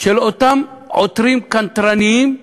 של אותם עותרים קנטרניים,